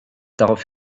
darauf